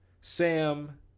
Sam